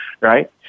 right